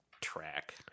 track